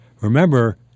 Remember